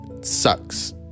Sucks